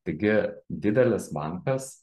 taigi didelis bankas